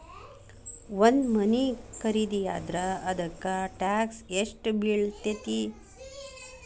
ಒಂದ್ ಮನಿ ಖರಿದಿಯಾದ್ರ ಅದಕ್ಕ ಟ್ಯಾಕ್ಸ್ ಯೆಷ್ಟ್ ಬಿಳ್ತೆತಿ?